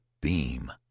beam